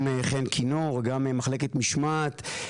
בתוך המשטרה, גם חן כינור, גם מחלקת משמעת.